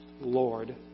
Lord